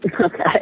Okay